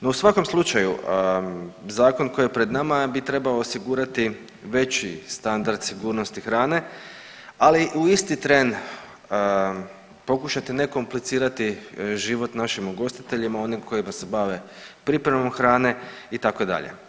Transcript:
No u svakom slučaju zakon koji je pred nama bi trebao osigurati veći standard sigurnosti hrane, ali u isti tren pokušati ne komplicirati život našim ugostiteljima, onim koji se bave pripremom hrane itd.